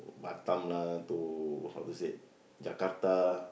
Batam lah to how to say Jakarta